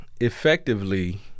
effectively